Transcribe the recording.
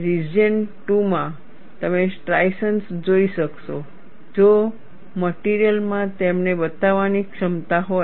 region 2 માં તમે striations જોઈ શકશો જો મટિરિયલ માં તેમને બતાવવાની ક્ષમતા હોય